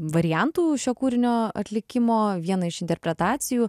variantų šio kūrinio atlikimo vieną iš interpretacijų